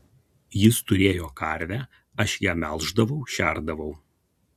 jis turėjo karvę aš ją melždavau šerdavau